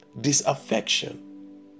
disaffection